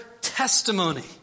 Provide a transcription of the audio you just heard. testimony